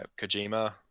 Kojima